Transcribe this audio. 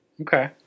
Okay